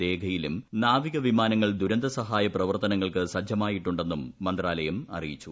ദേഗയിലും നാവിക വിമാനങ്ങൾ ദുരന്ത സഹായ പ്രവർത്തനങ്ങൾക്ക് സജ്ജമായിട്ടുണ്ടെന്നും മന്ത്രാലയം അറിയിച്ചു